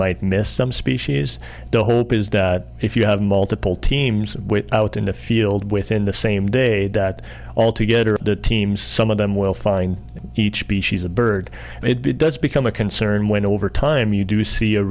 might miss some species the hope is that if you have multiple teams out in the field within the same day that all together of the teams some of them will find each be she's a bird it does become a concern when over time you do see a